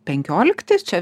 penkioliktais čia